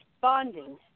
bonding